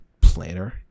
planner